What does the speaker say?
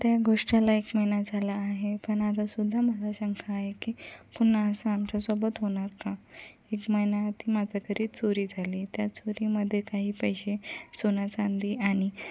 त्या गोष्टीला एक महिना झाला आहे पण आतासुद्धा मला शंका आहे की पुन्हा असं आमच्यासोबत होणार का एक महिना आधी माझ्या घरी चोरी झाली त्या चोरीमध्ये काही पैसे सोनं चांदी आणि